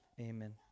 Amen